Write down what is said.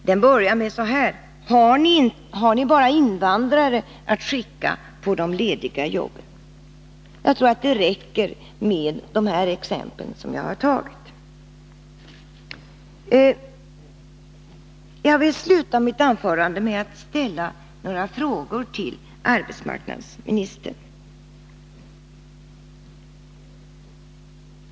Den börjar så här: ”Har ni bara invandrare att skicka på de lediga jobben?” Jag tror att det räcker med dessa exempel, och jag vill sluta mitt anförande med att ställa några frågor till arbetsmarknadsministern.